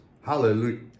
Hallelujah